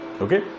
okay